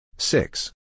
Six